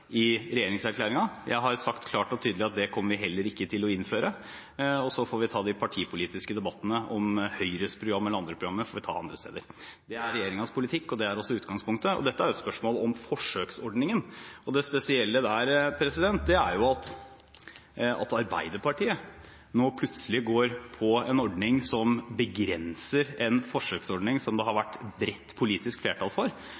jeg har sagt klart og tydelig at det kommer vi heller ikke til å innføre. Så får vi ta de partipolitiske debattene om Høyres program eller andre programmer andre steder. Det er regjeringens politikk, og det er også utgangspunktet. Dette er et spørsmål om forsøksordningen, og det spesielle der er jo at Arbeiderpartiet nå plutselig går for en ordning som begrenser en forsøksordning som det har vært bredt politisk flertall for,